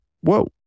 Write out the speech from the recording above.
whoa